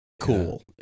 Cool